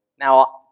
Now